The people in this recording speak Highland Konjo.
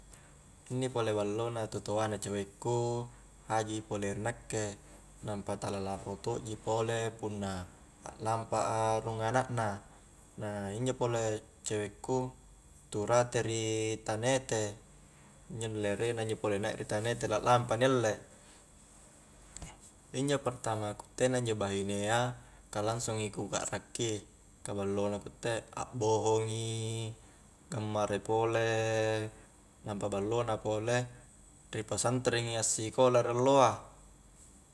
Inni pole ballo na totoana cewekku haji ipole ri nakke nampa tala larro tokji pole punna aklampa a rung anak na na injo pole cewekku, tu rate ri tanete injo nu lere na injo pole naik ri tanete laklampa ni alle injo pertama ku itte na injo bahinea ka langsungi ku kakrakki ka ballo na ku utte, akbohongi, gammara i pole nampa ballo na pole ri pesantrengi assikola rioloa